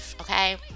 okay